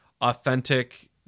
authentic